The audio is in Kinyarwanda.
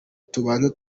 tubanze